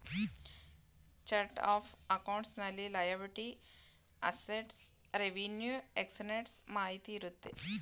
chart of accounts ನಲ್ಲಿ liability, assets, revenue expenses ಮಾಹಿತಿ ಇರುತ್ತೆ